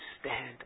stand